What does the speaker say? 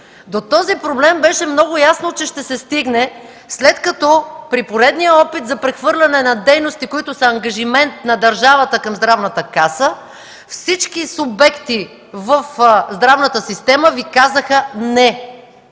До този проблем беше много ясно, че ще се стигне, след като при поредния опит за прехвърляне на дейности, които са ангажимент на държавата, към Здравната каса, всички субекти в здравната система Ви казаха „не”.